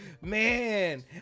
Man